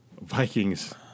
Vikings